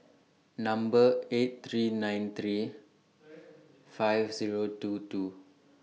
Number eight three nine three five Zero two two